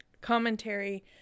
Commentary